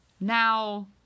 Now